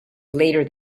later